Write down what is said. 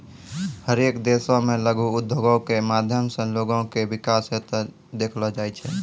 हरेक देशो मे लघु उद्योगो के माध्यम से लोगो के विकास होते देखलो जाय छै